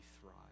thrive